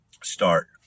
start